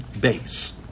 base